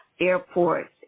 airports